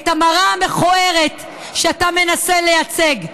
את המראה המכוערת שאתה מנסה לייצג.